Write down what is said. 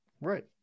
right